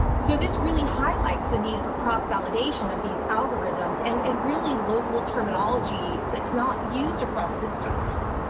so this really highlights the need for cross validation of these algorithms and and really local terminology. that's not used across systems.